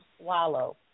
swallow